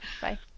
Bye